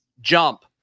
jump